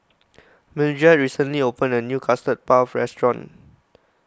Mildred recently opened a new Custard Puff restaurant